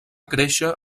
créixer